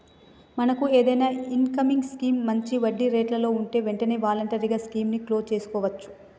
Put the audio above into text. మనకు ఏదైనా income scheme మంచి వడ్డీ రేట్లలో ఉంటే వెంటనే వాలంటరీగా స్కీమ్ ని క్లోజ్ సేసుకోవచ్చు